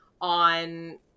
on